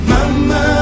Mama